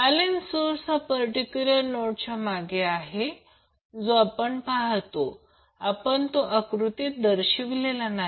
balance source हा particular नोडच्या मागे आहे जो आपण पाहातो आपण तो आकृतीत दर्शविलेला नाही